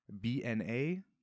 BNA